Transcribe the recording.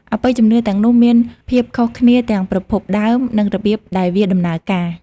អបិយជំនឿទាំងនោះមានភាពខុសគ្នាទាំងប្រភពដើមនិងរបៀបដែលវាដំណើរការ។